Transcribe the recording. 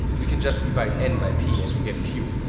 we can just divide n by p and we get q.